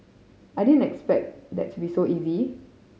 I didn't expect that to be so easy